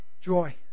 joy